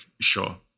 sure